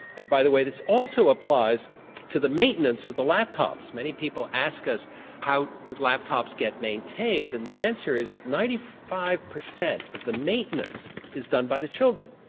and by the way this also applies to the maintenance of the laptops, many people ask us how do laptops get maintained and the answer is that ninety five percent of the maintenance is done by the children.